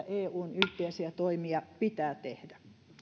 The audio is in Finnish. eun yhteisiä toimia pitää tehdä